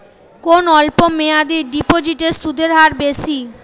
কোন অল্প মেয়াদি ডিপোজিটের সুদের হার বেশি?